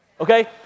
okay